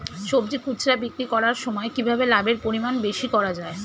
সবজি খুচরা বিক্রি করার সময় কিভাবে লাভের পরিমাণ বেশি করা যায়?